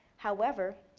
however,